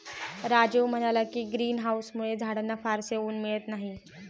राजीव म्हणाला की, ग्रीन हाउसमुळे झाडांना फारसे ऊन मिळत नाही